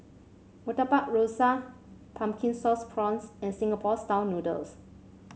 Murtabak Rusa Pumpkin Sauce Prawns and Singapore style noodles